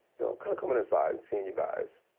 know, kind of coming inside and seeing you guys.